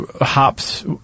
Hops